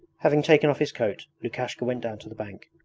having taken off his coat, lukashka went down to the bank.